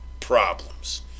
problems